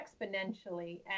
exponentially